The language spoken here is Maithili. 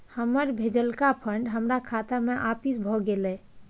हमर भेजलका फंड हमरा खाता में आपिस भ गेलय